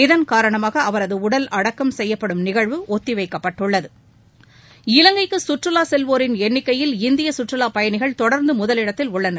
இதன் காரணமாக அவரது உடல் அடக்கம் செய்யப்படும் நிகழ்வு ஒத்திவைக்கப்பட்டுள்ளது இலங்கைக்கு சுற்றுவா செல்வோரின் எண்ணிக்கையில் இந்திய சுற்றுவா பயணிகள் தொடர்ந்து முதலிடத்தில் உள்ளனர்